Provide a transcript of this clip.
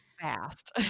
fast